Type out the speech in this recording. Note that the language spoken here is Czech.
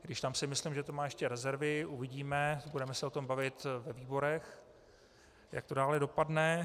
I když tam si myslím, že to má ještě rezervy, uvidíme, budeme se o tom bavit ve výborech, jak to dále dopadne.